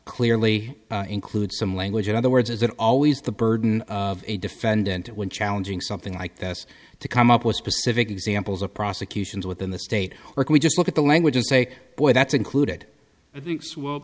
clearly includes some language in other words is it always the burden of a defendant when challenging something like this to come up with specific examples of prosecutions within the state or can we just look at the language and say boy that's included i think sw